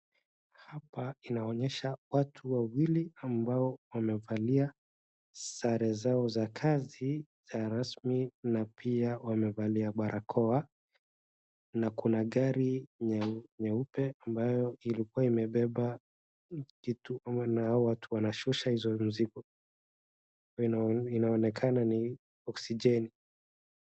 Hapa inaonyeshana watu wawili ambao wamevalia sare zao za kazi za rasmi na pia wamevalia barakoa. Na kuna gari nyeu, nyeupe ambayo ilikuwa imebeba kitu ama na hao watu wanashusha hizo mzigo. Inao, inaonekana ni oxygen .